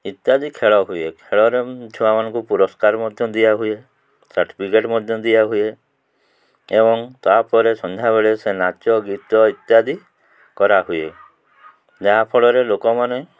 ଇତ୍ୟାଦି ଖେଳ ହୁଏ ଖେଳରେ ଛୁଆମାନଙ୍କୁ ପୁରସ୍କାର ମଧ୍ୟ ଦିଆହୁଏ ସାର୍ଟିଫିକେଟ୍ ମଧ୍ୟ ଦିଆହୁଏ ଏବଂ ତା'ପରେ ସନ୍ଧ୍ୟାବେଳେ ସେ ନାଚ ଗୀତ ଇତ୍ୟାଦି କରାହୁଏ ଯାହାଫଳରେ ଲୋକମାନେ